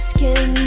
Skin